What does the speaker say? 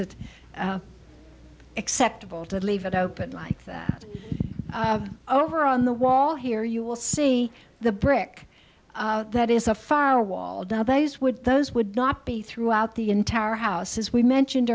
it acceptable to leave it open like that over on the wall here you will see the brick that is a far wall the days with those would not be throughout the entire house as we mentioned